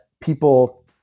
people